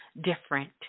different